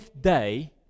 day